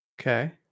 okay